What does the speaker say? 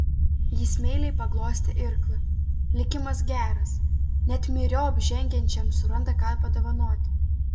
jis meiliai paglostė irklą likimas geras net myriop žengiančiam suranda ką padovanoti